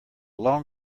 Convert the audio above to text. long